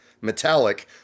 metallic